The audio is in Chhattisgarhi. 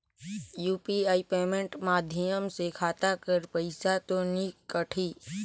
यू.पी.आई पेमेंट माध्यम से खाता कर पइसा तो नी कटही?